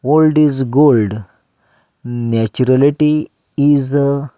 old is gold naturality is